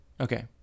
Okay